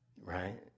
Right